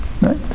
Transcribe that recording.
Right